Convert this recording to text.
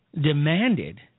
demanded